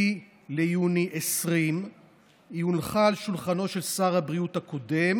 ביוני 2020. היא הונחה על שולחנו של שר הבריאות הקודם